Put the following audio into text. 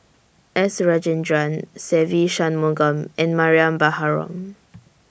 S Rajendran Se Ve Shanmugam and Mariam Baharom